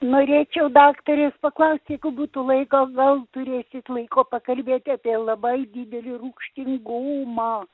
norėčiau daktarės paklausti jeigu būtų laiko gal turėsit laiko pakalbėti apie labai didelį rūgštingumą